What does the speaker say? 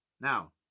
now